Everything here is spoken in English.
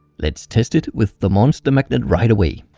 let's test it with the monster magnet right away.